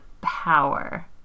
power